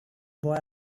boy